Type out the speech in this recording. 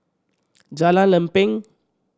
Jalan Lempeng